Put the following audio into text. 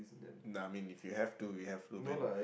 no I mean if you have to you have to man